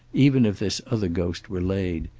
even if this other ghost were laid,